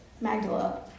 Magdala